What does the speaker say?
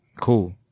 cool